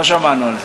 אתה מאמין,